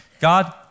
God